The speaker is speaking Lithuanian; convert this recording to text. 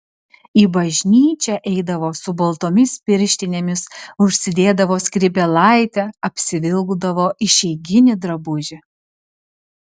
į bažnyčią eidavo su baltomis pirštinėmis užsidėdavo skrybėlaitę apsivilkdavo išeiginį drabužį